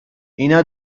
اینا